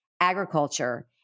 agriculture